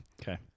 Okay